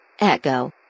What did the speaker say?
Echo